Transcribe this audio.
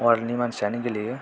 world नि मानसिआनो गेलेयो